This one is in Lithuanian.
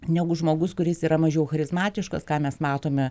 negu žmogus kuris yra mažiau charizmatiškas ką mes matome